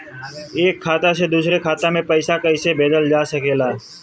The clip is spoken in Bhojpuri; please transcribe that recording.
एक खाता से दूसरे खाता मे पइसा कईसे भेजल जा सकेला?